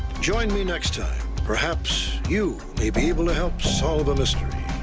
join me next perhaps you may be able to help solve a mystery.